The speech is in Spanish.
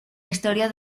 historia